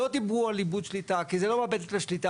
לא דיברנו על איבוד שליטה כי זה לא מאבד את השליטה,